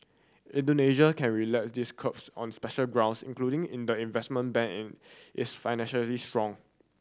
Indonesia can relax these curbs on special grounds including in the investing bank an is financially strong